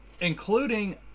Including